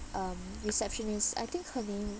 um receptionist I think her name